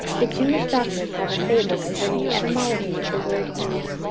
the jewish doctors have a fable concerning the etymology of the word eve,